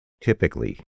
typically